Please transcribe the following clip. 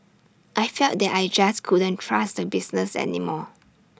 I felt that I just couldn't trust the business any more